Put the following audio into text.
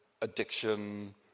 addiction